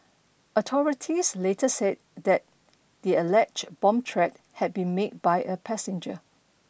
authorities later said that the alleged bomb threat had been made by a passenger